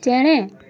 ᱪᱮᱬᱮ